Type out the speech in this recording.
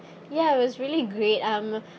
ya it was really great um